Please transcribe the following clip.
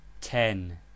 ten